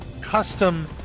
custom